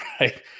right